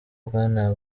bwana